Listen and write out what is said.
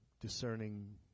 discerning